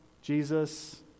Jesus